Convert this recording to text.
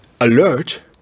alert